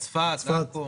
צפת.